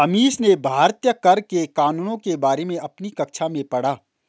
अमीश ने भारतीय कर के कानूनों के बारे में अपनी कक्षा में पढ़ा